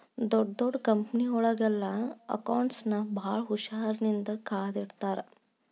ಡೊಡ್ ದೊಡ್ ಕಂಪನಿಯೊಳಗೆಲ್ಲಾ ಅಕೌಂಟ್ಸ್ ನ ಭಾಳ್ ಹುಶಾರಿನ್ದಾ ಕಾದಿಟ್ಟಿರ್ತಾರ